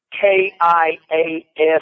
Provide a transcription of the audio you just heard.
K-I-A-S